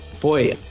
Boy